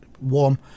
warm